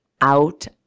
out